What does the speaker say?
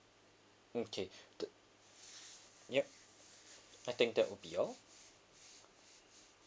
okay to yup I think that would be all